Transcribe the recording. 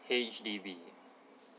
H_D_B